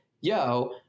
yo